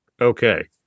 Okay